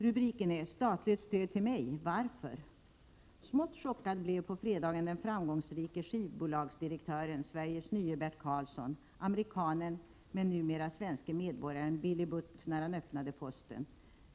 Rubriken är: ”Statligt stöd till mig, varför?” ”Smått chockad blev på fredagen den framgångsrike skivbolagsdirektö ren, "Sveriges nye Bert Karlsson”, amerikanen men numera svenske medbor Prot. 1987/88:105 garen Billy Butt när han öppnade posten.